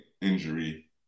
injury